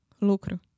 lucro